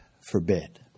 forbid